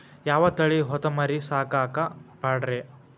ಯಾವ ತಳಿ ಹೊತಮರಿ ಸಾಕಾಕ ಪಾಡ್ರೇ?